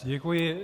Děkuji.